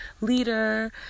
leader